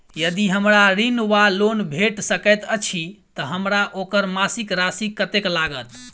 यदि हमरा ऋण वा लोन भेट सकैत अछि तऽ हमरा ओकर मासिक राशि कत्तेक लागत?